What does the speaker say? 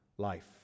life